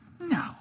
No